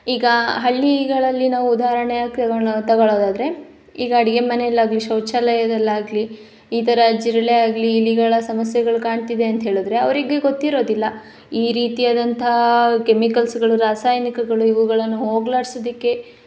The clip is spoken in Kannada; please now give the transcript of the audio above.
ಈಗ ಹಳ್ಳಿಗಳಲ್ಲಿ ನಾವು ಉದಾರ್ಣೆಯಾಗಿ ತೊಗೊಳೊ ತೊಗೊಳೋದಾದ್ರೆ ಈಗ ಅಡುಗೆ ಮನೆಯಲ್ಲಾಗ್ಲಿ ಶೌಚಾಲಯದಲ್ಲಾಗಲಿ ಈ ಥರ ಜಿರಳೆ ಆಗಲಿ ಇಲಿಗಳ ಸಮಸ್ಯೆಗಳು ಕಾಣ್ತಿದೆ ಅಂತ ಹೇಳಿದ್ರೆ ಅವ್ರಿಗೆ ಗೊತ್ತಿರೋದಿಲ್ಲ ಈ ರೀತಿಯಾದಂಥ ಕೆಮಿಕಲ್ಸ್ಗಳು ರಾಸಾಯನಿಕಗಳು ಇವುಗಳನ್ನು ಹೋಗಲಾಡ್ಸೋದಕ್ಕೆ